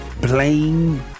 Blame